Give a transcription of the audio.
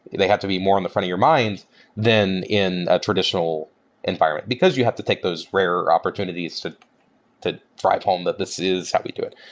they have to be more in the front of your mind than in a traditional environment, because you have to take those rare opportunities to to drive home that this is how we do it.